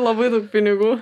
labai daug pinigų